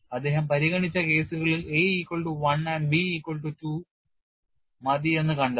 അദ്ദേഹം പരിഗണിച്ച കേസുകളിൽ a equal to 1 and b equal to 2 മതിയെന്ന് കണ്ടെത്തി